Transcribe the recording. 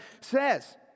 says